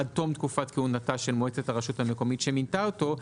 עד תום תקופת כהונתה של מועצת הרשות המקומית שמינתה אותו,